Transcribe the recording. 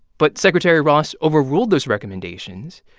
but secretary ross overruled those recommendations.